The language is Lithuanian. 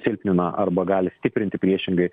silpnina arba gali stiprinti priešingai